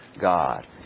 God